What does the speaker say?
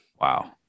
Wow